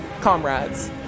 comrades